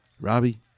Robbie